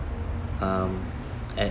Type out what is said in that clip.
um at